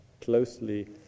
closely